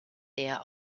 der